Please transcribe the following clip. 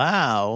Wow